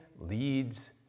leads